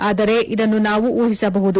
ಆದರೆ ಇದನ್ನು ನಾವು ಊಹಿಸಬಹುದು